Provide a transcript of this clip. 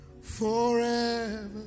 forever